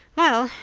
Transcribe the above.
well,